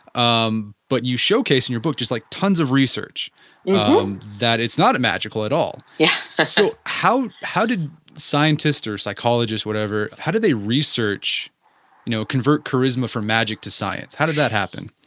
um but you showcased in your book just like tons of research yeah um that it's not a magical at all yeah ah so how how did scientist or psychologist, whatever, how did they research convert charisma from magic to science? how did that happen?